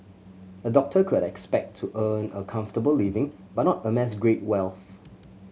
a doctor could expect to earn a comfortable living but not amass great wealth